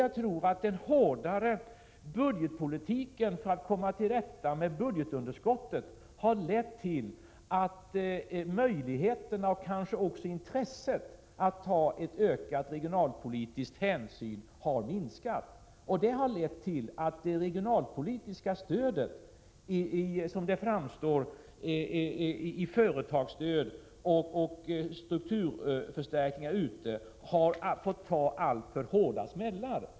Jag tror att den hårdare budgetpolitiken för att komma till rätta med budgetunderskottet har lett till att möjligheterna, och kanske också intresset, att ta ökade regionalpolitiska hänsyn har minskat. Det har lett till att det regionalpolitiska stödet, i form av företagsstöd och strukturförstärkningar, fått ta allt för hårda smällar.